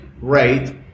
rate